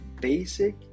basic